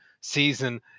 season